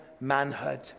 manhood